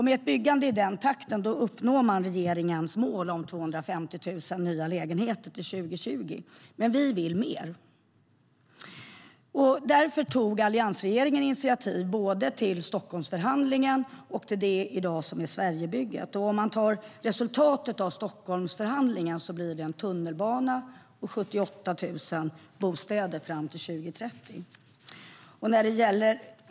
Med ett byggande i den takten uppnår man regeringens mål om 250 000 nya lägenheter till 2020.Men vi vill mer. Därför tog alliansregeringen initiativ både till Stockholmsförhandlingen och till det som i dag är Sverigebygget. Resultatet av Stockholmsförhandlingen blir en tunnelbana och 78 000 bostäder fram till 2030.